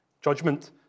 Judgment